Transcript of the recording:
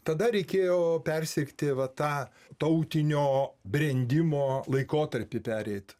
tada reikėjo persirgti va tą tautinio brendimo laikotarpį pereit